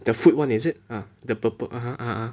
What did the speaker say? the food [one] is it uh the Burple (uh huh) (uh huh)